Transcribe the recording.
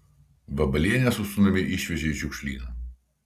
vabalienę su sūnumi išvežė į šiukšlyną